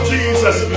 Jesus